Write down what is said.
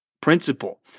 principle